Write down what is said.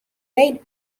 reid